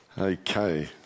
Okay